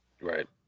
Right